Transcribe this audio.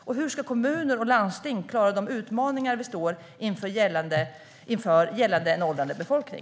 Och hur ska kommuner och landsting klara de utmaningar vi står inför gällande en åldrande befolkning?